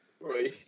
Right